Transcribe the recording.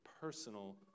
personal